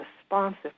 responsive